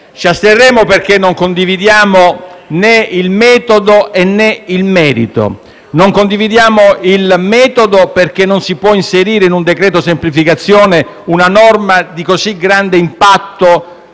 emendamento, perché non condividiamo né il metodo né il merito. Non condividiamo il metodo, perché non si può inserire in un decreto semplificazioni una norma di così grande impatto